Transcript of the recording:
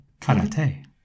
Karate